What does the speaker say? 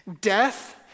death